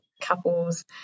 couples